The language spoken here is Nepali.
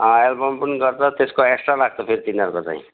अँ एल्बम पनि गर्छ त्यसको एक्ट्रा लाग्छ फेरि तिनीहरूको चाहिँ